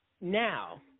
Now